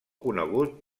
conegut